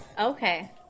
Okay